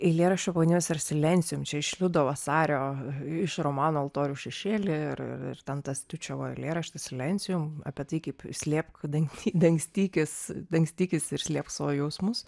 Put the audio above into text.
eilėraščio pavadinimas yra silensium čia iš liudo vasario iš romano altorių šešėlyje ir ir ten tas tiučevo eilėraštis silensium apie tai kaip slėpk danty dangstykis dangstykis ir slėpk savo jausmus